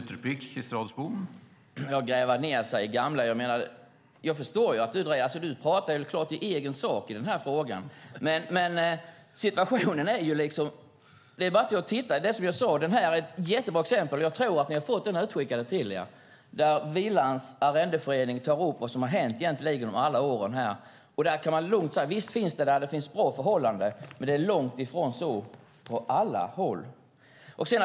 Herr talman! Att gräva ned sig i det gamla - Otto von Arnold talar så klart i egen sak i den här frågan. Den här skriften är ett jättebra exempel, och jag tror att ni har fått den skickad till er. Där tar Willands Arrendeförening upp vad som egentligen har hänt under alla år. Visst förekommer det bra förhållanden, men det är långt ifrån så på alla håll.